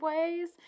ways